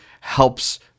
helps